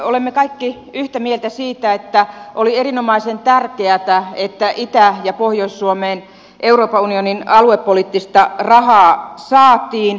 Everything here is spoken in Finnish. olemme kaikki yhtä mieltä siitä että oli erinomaisen tärkeätä että itä ja pohjois suomeen euroopan unionin aluepoliittista rahaa saatiin